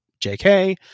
JK